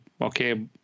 okay